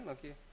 Okay